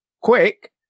quick